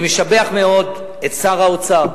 אני משבח מאוד את שר האוצר.